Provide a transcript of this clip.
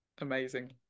Amazing